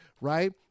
right